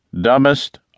dumbest